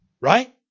right